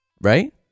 right